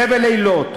חבל-אילות,